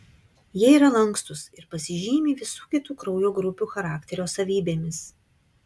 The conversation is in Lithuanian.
jie yra lankstūs ir pasižymi visų kitų kraujo grupių charakterio savybėmis